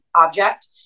object